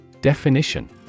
Definition